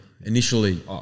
Initially